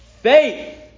faith